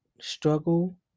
struggle